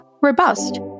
robust